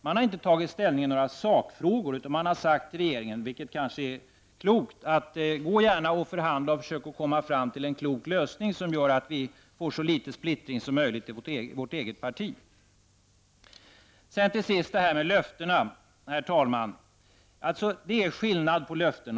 Man har inte tagit ställning i några sakfrågor, utan man har sagt till regeringen, vilket kanske är klokt: Förhandla gärna och försök komma fram till en klok lösning som gör att vi får så litet splittring som möjligt i vårt eget parti. Till sist, herr talman, något om det här med löften. Det är skillnad på olika löften.